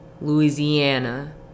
Louisiana